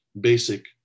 basic